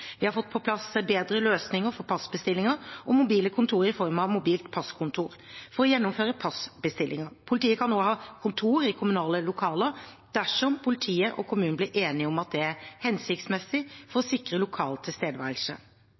Vi har fått på plass bedre løsninger for passbestillinger og mobile kontorer i form av mobilt passkontor for å gjennomføre passbestillingene. Politiet kan også ha kontor i kommunale lokaler dersom politiet og kommunen blir enige om at det er hensiktsmessig for å sikre lokal tilstedeværelse.